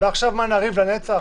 עכשיו מה, נריב לנצח?